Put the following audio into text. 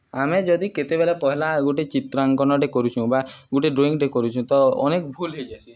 ଆମେ ଯଦି କେତେବେଲେ ପହେଲା ଗୁଟେ ଚିତ୍ରାଙ୍କନଟେ କରୁଛୁଁ ବା ଗୋଟେ ଡ୍ରଇଂଟେ କରୁଛୁଁ ତ ଅନେକ ଭୁଲ୍ ହେଇଯାଏସି